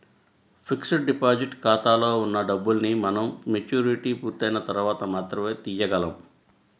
fixed deposit ఖాతాలో ఉన్న డబ్బుల్ని మనం మెచ్యూరిటీ పూర్తయిన తర్వాత మాత్రమే తీయగలం